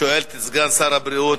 ששואלת את סגן שר הבריאות.